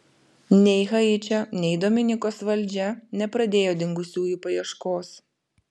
nei haičio nei dominikos valdžia nepradėjo dingusiųjų paieškos